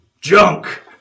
Junk